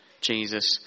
Jesus